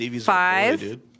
five